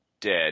dead